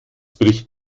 bricht